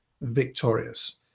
victorious